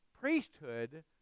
priesthood